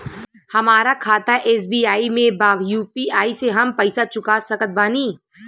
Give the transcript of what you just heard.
हमारा खाता एस.बी.आई में बा यू.पी.आई से हम पैसा चुका सकत बानी?